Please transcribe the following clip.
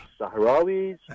Sahrawis